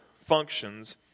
functions